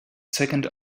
second